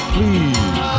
Please